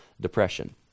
depression